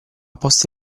posti